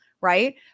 right